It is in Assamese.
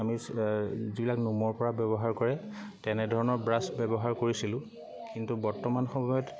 আমি যিবিলাক নোমৰপৰা ব্যৱহাৰ কৰে তেনেধৰণৰ ব্ৰাছ ব্যৱহাৰ কৰিছিলোঁ কিন্তু বৰ্তমান সময়ত